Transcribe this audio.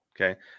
Okay